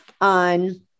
on